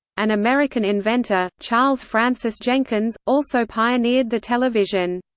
an american inventor, charles francis jenkins, also pioneered the television.